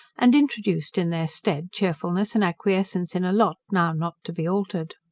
and introduced in their stead cheerfulness and acquiescence in a lot, now not to be altered.